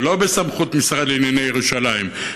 ולא בסמכות המשרד לענייני ירושלים,